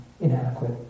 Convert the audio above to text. inadequate